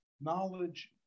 knowledge